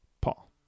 Paul